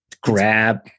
grab